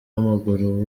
w’amaguru